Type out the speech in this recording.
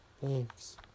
Thanks